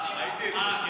ראית?